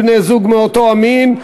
בני-זוג מאותו המין),